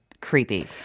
creepy